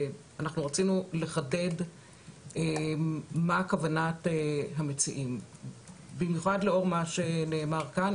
רצינו לחדד מה כוונת המציעים במיוחד לאור מה שנאמר כאן,